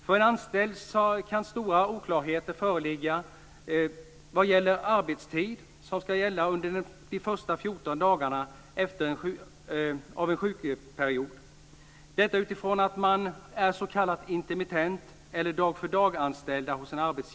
För en anställd kan stora oklarheter föreligga när det gäller arbetstiden under de första 14 dagarna av en sjukperiod - detta utifrån att man är s.k. intermittentanställd eller dag-för dag-anställd.